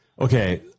Okay